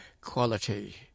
quality